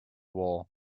wool